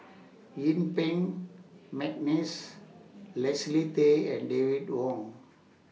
Yuen Peng Mcneice Leslie Tay and David Wong